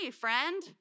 friend